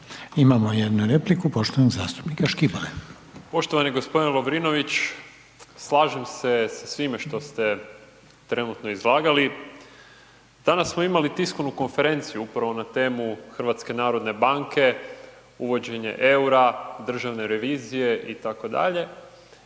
Imamo jednu repliku poštovanog zastupnika Škibole. **Škibola, Marin (Nezavisni)** Poštovani g. Lovrinović, slažem se sa svime što ste trenutno izlagali. Danas smo imali tiskovnu konferenciju upravo na temu HNB-a, uvođenje revizije, Državne revizije itd.